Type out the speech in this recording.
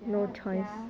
ya jialat sia